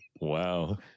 Wow